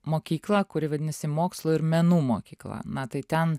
mokyklą kuri vadinasi mokslo ir menų mokykla na tai ten